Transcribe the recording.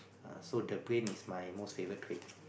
so the brain is my most favorite trait